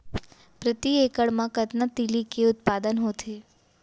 प्रति एकड़ मा कतना तिलि के उत्पादन होथे?